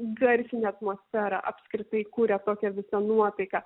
garsinė atmosfera apskritai kuria tokią visą nuotaiką